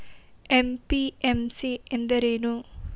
MPMC ಎಂದರೇನು?